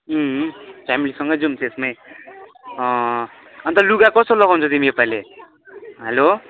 उम् फेमिलीसँगै जाउँ त्यसमै अन्त लुगा कस्तो लगाउँछ तिमी योपालि हेलो